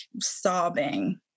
sobbing